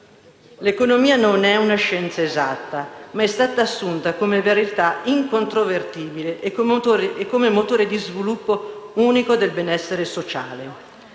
L'economia non è una scienza esatta, ma è stata assunta come verità incontrovertibile e come motore di sviluppo unico del benessere sociale.